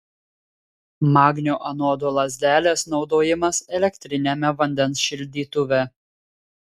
magnio anodo lazdelės naudojimas elektriniame vandens šildytuve